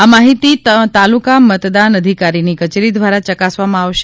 આ માહિતી તાલુકા મતદાન અધિકારીની કચેરી દ્વારા ચકાસવામાં આવશે